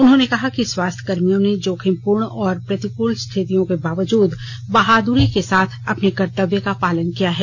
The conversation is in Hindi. उन्होंने कहा कि स्वास्थ्यकर्मियों ने जोखिमपूर्ण और प्रतिकूल स्थितियों के बावजूद बहादुरी के साथ अपने कर्तव्य का पालन किया है